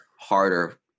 harder